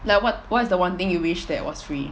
like what what's the one thing you wish that was free